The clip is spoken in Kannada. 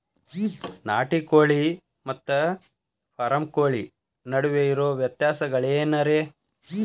ನಾಟಿ ಕೋಳಿ ಮತ್ತ ಫಾರಂ ಕೋಳಿ ನಡುವೆ ಇರೋ ವ್ಯತ್ಯಾಸಗಳೇನರೇ?